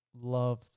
love